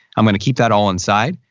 i'm gonna keep that all inside.